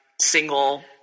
single